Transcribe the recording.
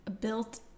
built